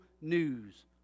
news